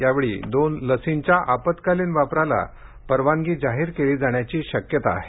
यावेळी ते दोन लसींच्या आपत्कालीन वापराला परवानगी जाहीर केली जाण्याची शक्यता आहे